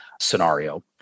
scenario